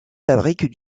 fabrique